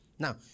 Now